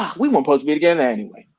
um we won't post me again anyway.